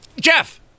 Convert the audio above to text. Jeff